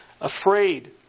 afraid